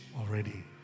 already